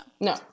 No